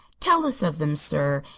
tell us of them, sir,